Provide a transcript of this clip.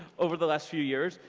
over the last few years.